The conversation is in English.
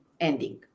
ending